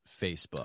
Facebook